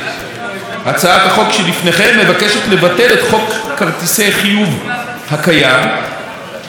הצעת החוק שלפניכם מבקשת לבטל את חוק כרטיסי חיוב הקיים ולקבוע במקומו